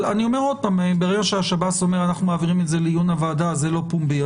אבל כשהשב"ס אומר שמעבירים את זה לעיון הוועדה וזה לא פומבי,